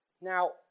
Now